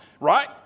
Right